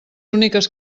úniques